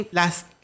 last